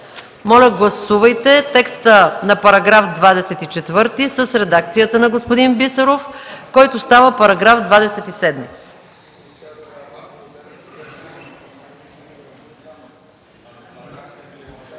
Моля, гласувайте текста на § 24 с редакцията на господин Бисеров, който става § 27.